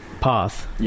path